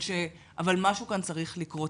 אבל משהו כאן צריך לקרות,